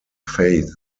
faiths